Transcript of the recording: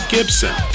Gibson